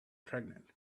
pregnant